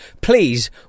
Please